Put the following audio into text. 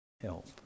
help